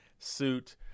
suit